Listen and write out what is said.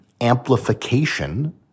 amplification